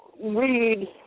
read